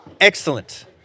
Excellent